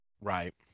right